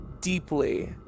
deeply